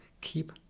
keep